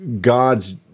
God's